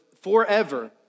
forever